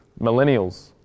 Millennials